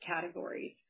categories